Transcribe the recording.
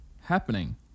happening